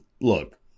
Look